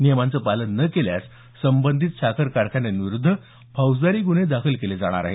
नियमांचं पालन न केल्यास संबंधित साखर कारखान्यांविरुद्ध फौजदारी गुन्हे दाखल केले जाणार आहेत